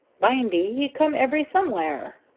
bimeby he come every somewhere.